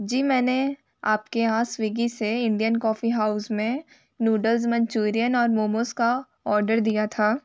जी मैंने आपके यहाँ स्वीगी से इंडियन कॉफी हाउस में नूडल्स मंचुरियन और मोमोस का ऑर्डर दिया था